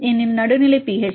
ஏனெனில் நடுநிலை pH